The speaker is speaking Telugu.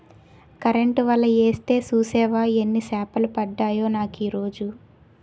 కరెంటు వల యేస్తే సూసేవా యెన్ని సేపలు పడ్డాయో నాకీరోజు?